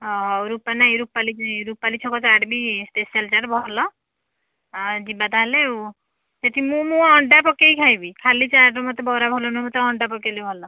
ହଉ ରୂପା ନାଇ ରୂପାଲୀ ବି ରୂପାଲୀ ଛକ ଚାଟ ବି ସ୍ପେଶାଲ ଚାଟ ଭଲ ଆଉ ଯିବା ତାହେଲେ ଆଉ ସେହିଠି ମୁଁ ମୁଁ ଅଣ୍ଡା ପକାଇ ଖାଇବି ଖାଲି ଚାଟ ମୋତେ ବରା ଭଲ ନୁହଁ ମୋତେ ଅଣ୍ଡା ପକାଇଲେ ଭଲ